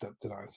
tonight